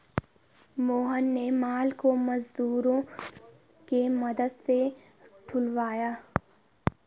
मोहन ने माल को मजदूरों के मदद से ढूलवाया